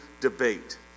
debate